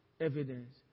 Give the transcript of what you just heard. evidence